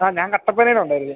ആ ഞാൻ കട്ടപ്പനയിലാ ഉണ്ടായിരുന്നത്